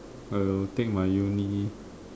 I'll take my uni